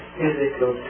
physical